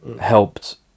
helped